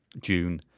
June